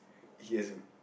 he has a